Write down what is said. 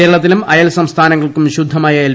കേരളത്തിനും അയൽ സംസ്ഥാനങ്ങൾക്കും ശുദ്ധമായ എൽ